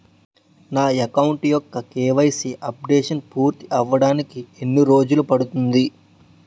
నా అకౌంట్ యెక్క KYC updation పూర్తి అవ్వడానికి ఎన్ని రోజులు పడుతుంది?